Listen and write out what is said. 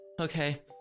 Okay